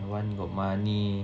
I want go money